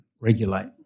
regulate